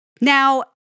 Now